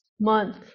month